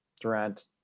Durant